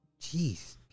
Jeez